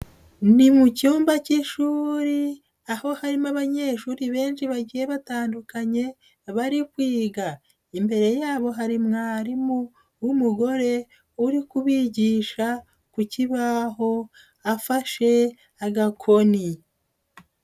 Ni mu cyumba cy'ishuri aho harimo abanyeshuri benshi bagiye batandukanye bari kwiga, imbere yabo hari mwarimu w'umugore uri kubigisha ku kibaho afashe agakoni.